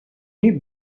niet